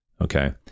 okay